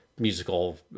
Musical